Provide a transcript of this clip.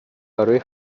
برای